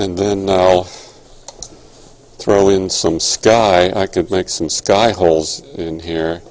and then throw in some sky i could make some sky holes in here